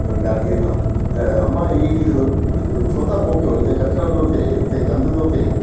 ॾाॾीअ खां त अम्मा ई छो था पोखियो हिते कचिरो थो थिए हिते गंद थो थिए